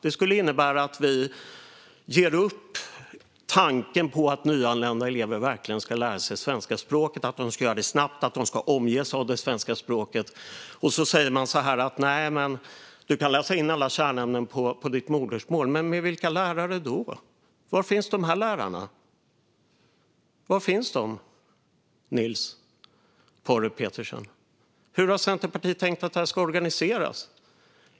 Det skulle innebära att vi ger upp tanken på att nyanlända elever verkligen ska lära sig svenska språket, att de ska göra det snabbt och att de ska omges av svenska språket. Man säger då: Nej, men du kan läsa in alla kärnämnen på ditt modersmål. Men med vilka lärare? Var finns dessa lärare, Niels Paarup-Petersen? Hur har Centerpartiet tänkt att detta ska organiseras?